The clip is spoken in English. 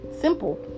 simple